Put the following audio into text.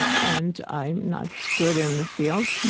and i'm not good in the field.